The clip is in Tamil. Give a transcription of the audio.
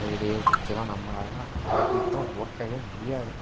கழுதையோ பிடிச்சில்லாம் நம்மளாலெல்லாம் கண்டிப்பாக ஓட்டவே முடியாது